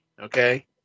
okay